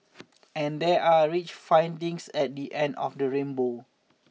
and there are rich findings at the end of the rainbow